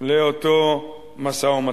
לאותו משא-ומתן.